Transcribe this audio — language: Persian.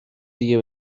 دیگه